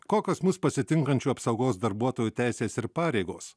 kokios mus pasitinkančių apsaugos darbuotojų teisės ir pareigos